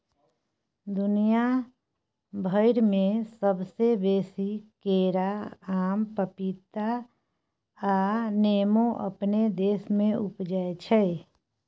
दुनिया भइर में सबसे बेसी केरा, आम, पपीता आ नेमो अपने देश में उपजै छै